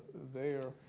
there.